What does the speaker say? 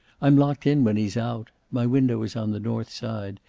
i'm locked in when he's out. my window is on the north side.